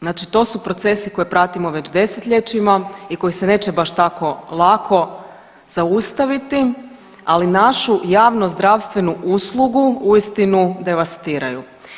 Znači to su procesi koje pratimo već desetljećima i koji se neće baš tako lako zaustaviti, ali našu javnozdravstvenu uslugu uistinu devastiraju.